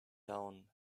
down